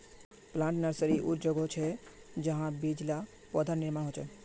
plant nursery उर जोगोह छर जेंछां बीज ला से पौधार निर्माण होछे